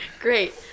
Great